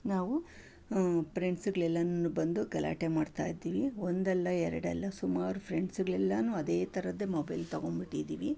ನಾವು ಪ್ರೆಂಡ್ಸುಗಳೆಲ್ಲನೂ ಬಂದು ಗಲಾಟೆ ಮಾಡ್ತಾಯಿದ್ದೀವಿ ಒಂದಲ್ಲ ಎರಡಲ್ಲ ಸುಮಾರು ಫ್ರೆಂಡ್ಸುಗಳೆಲ್ಲರೂ ಅದೇ ಥರದ್ದೇ ಮೊಬೈಲ್ ತೊಗೊಂಡ್ಬಿಟ್ಟಿದ್ದೀವಿ